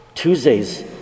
Tuesdays